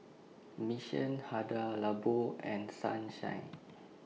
Mission Hada Labo and Sunshine